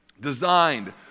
designed